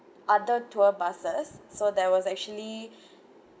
other tour buses so there was actually